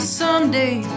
someday